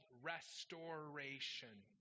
restoration